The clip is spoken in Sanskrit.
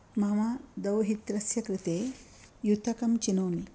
मम दौहित्रस्य कृते युतकं चिनोमि